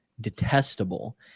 detestable